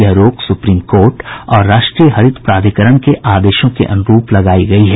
यह रोक supreme court और राष्ट्रीय हरित प्राधिकरण के आदेशों के अनुरूप लगायी गयी है